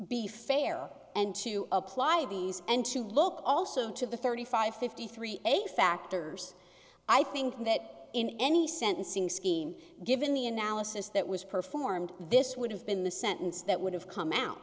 be fair and to apply these and to look also to the thirty five fifty three eight factors i think that in any sentencing scheme given the analysis that was performed this would have been the sentence that would have come out